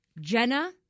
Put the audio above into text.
jenna